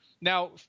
Now